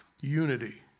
unity